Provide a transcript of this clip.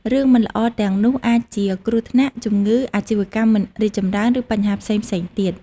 រឿងមិនល្អទាំងនោះអាចជា គ្រោះថ្នាក់ ជំងឺ អាជីវកម្មមិនរីកចម្រើន ឬបញ្ហាផ្សេងៗទៀត។